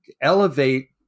elevate